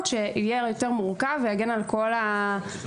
שיהיה מורכב יותר ויגן על כל האינטרסים,